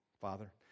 Father